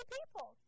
people